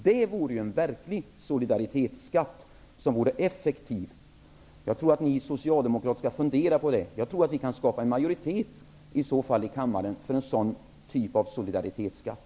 Det vore en verklig solidaritetsskatt, en skatt som vore effektiv. Ni socialdemokrater borde fundera på det. Jag tror att vi kan skapa majoritet i kammaren för en sådan typ av solidaritetsskatt.